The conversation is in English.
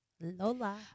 Lola